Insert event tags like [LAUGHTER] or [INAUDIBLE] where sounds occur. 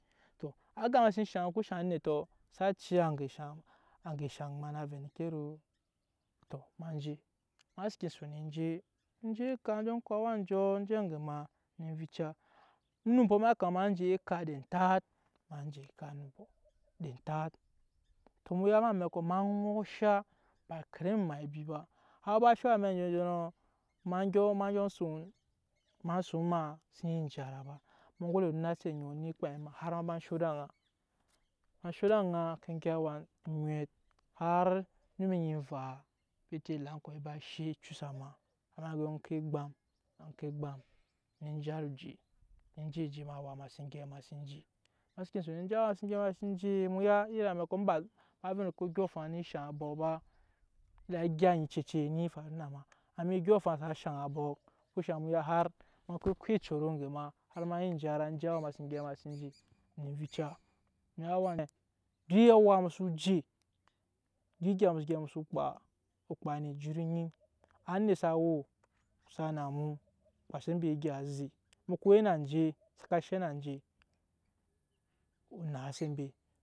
Tɔ aga ma seen shaŋ eŋke shaŋ onetɔ sa ciya aŋge shaŋ aŋge shaŋ ma na vɛ endeke ro to ma je, ema seken son je je eka je ko awa njɔ. je ege ma ne vica onumpɔ ma yakama ma je eka ede tat ma je eka onumpɔ de tat tɔ mu ya eme amɛkɔ ma ŋɔsha eme amɛkɔ ba karimi maa abi ba har a sho amɛk anjɔnjɔnɔ ma son ma dyɔ son ma xsen iya jera ba ma gode no onacɛ oŋɔ eni kpam ma har ma sen ba sho ed'aŋa ma sho ed'aŋa ma ke gyɛp awa emwɛt har onum oyni evaa bete elaŋkɔ ba she ecusa ma ma dyɔ ko egbam ejara oje eje oje ma sen jara eje awa ma sen gyɛp ma seke son je awa ma sen gyɛp mu ya iri amɛkɔ emba vɛ nɛ odyɔŋ afaŋ eni obɔk ba da egyɛi enyi cece ne faru na ma amin odyɔŋ afaŋ sa shaŋ abɔk eŋke mu ya ma ke ecoro aŋge ma har ma nyi jara ma awa ma sen gyɛp je ne envica [HESITATION] duk awa mu gyɛp eje o je ne ejut mu enyi duk egya mu soo gyɛp ekpa o kpa ne ejut enyi anet sa we kusa na mu kpase mbe egya eze mu ko we na nje á she na nje o naase.